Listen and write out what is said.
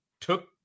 took